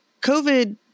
COVID